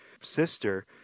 sister